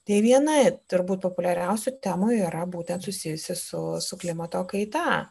tai viena turbūt populiariausių temų yra būtent susijusi su su klimato kaita